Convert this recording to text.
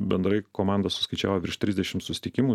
bendrai komanda suskaičiavo virš trisdešim susitikimų